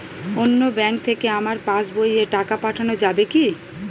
অন্য ব্যাঙ্ক থেকে আমার পাশবইয়ে টাকা পাঠানো যাবে কি?